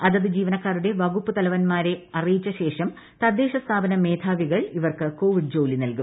അതത് ജീവ്യനിക്ക്ട്ട്ടരുടെ വകുപ്പുതലവന്മാരെ അറിയിച്ചശേഷം തദ്ദേശസ്ഥാപന് മേധാവികൾ ഇവർക്ക് കോവിഡ് ജോലി നൽകും